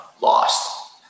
lost